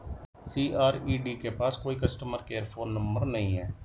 CRED के पास कोई कस्टमर केयर फोन नंबर नहीं है